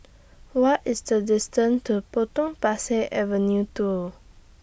What IS The distance to Potong Pasir Avenue two